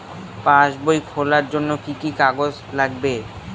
পাসবই খোলার জন্য কি কি কাগজ লাগবে?